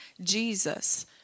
Jesus